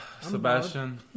Sebastian